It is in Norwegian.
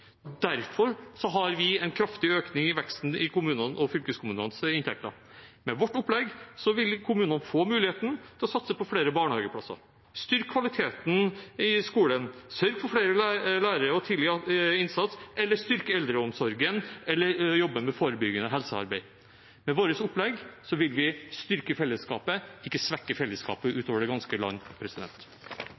Derfor har vi en kraftig økning i veksten i kommunenes og fylkeskommunenes inntekter. Med vårt opplegg ville kommunene få mulighet til å satse på flere barnehageplasser, styrke kvaliteten i skolen, sørge for flere lærere og tidlig innsats, styrke eldreomsorgen og drive forebyggende helsearbeid. Med vårt opplegg ville vi styrke, ikke svekke, fellesskapet over det ganske land.